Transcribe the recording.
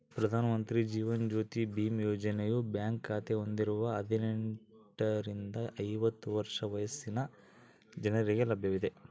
ಪ್ರಧಾನ ಮಂತ್ರಿ ಜೀವನ ಜ್ಯೋತಿ ಬಿಮಾ ಯೋಜನೆಯು ಬ್ಯಾಂಕ್ ಖಾತೆ ಹೊಂದಿರುವ ಹದಿನೆಂಟುರಿಂದ ಐವತ್ತು ವರ್ಷ ವಯಸ್ಸಿನ ಜನರಿಗೆ ಲಭ್ಯವಿದೆ